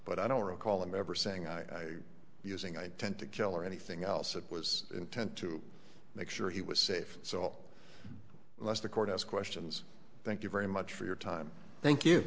but i don't recall him ever saying i using i tend to kill or anything else it was intent to make sure he was safe so i'll let the courthouse questions thank you very much for your time thank you